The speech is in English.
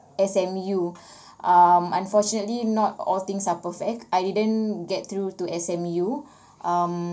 S_M_U um unfortunately not all things are perfect I didn't get through to S_M_U um